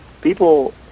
people